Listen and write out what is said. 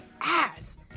ass